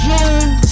June